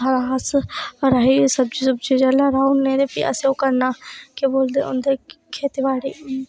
हां अस राही सब्जी पैहलें राही ओड़ने ते असें ओह् करना के बोलदे खेती बाड़ी